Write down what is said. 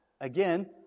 Again